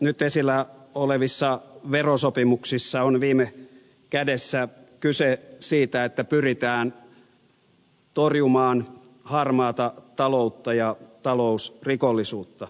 nyt esillä olevissa verosopimuksissa on viime kädessä kyse siitä että pyritään torjumaan harmaata taloutta ja talousrikollisuutta